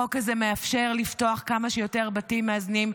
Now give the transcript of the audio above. החוק הזה מאפשר לפתוח כמה שיותר בתים מאזנים,